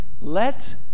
let